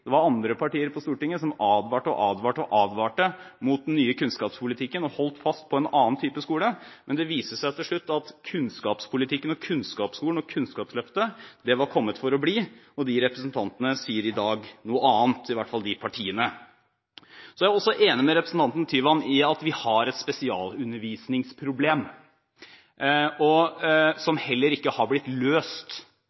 Det var andre partier på Stortinget som advarte og advarte og advarte mot den nye kunnskapspolitikken og holdt fast på en annen type skole, men det viste seg til slutt at kunnskapspolitikken, kunnskapsskolen og Kunnskapsløftet var kommet for å bli. De representantene sier i dag noe annet, i hvert fall de partiene. Jeg er også enig med representanten Tyvand i at vi har et spesialundervisningsproblem som